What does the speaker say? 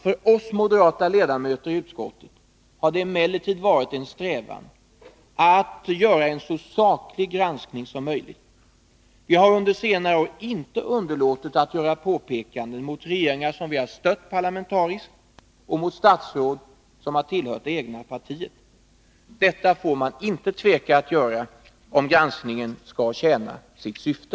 För oss moderata ledamöter i utskottet har det emellertid varit en strävan att göra en så saklig granskning som möjligt. Vi har under senare år inte underlåtit att göra påpekanden mot de regeringar som vi har stött parlamentariskt och mot statsråd som har tillhört det egna partiet. Detta får man inte tveka att göra, om granskningen skall tjäna sitt syfte.